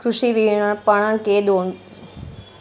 कृषि विपणन के दोषों को दूर करने के लिए क्या कदम उठाने चाहिए?